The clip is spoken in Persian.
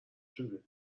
شده